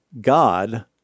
God